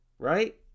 Right